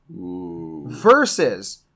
versus